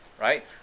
right